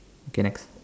K next